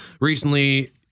recently